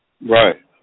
Right